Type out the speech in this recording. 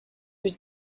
was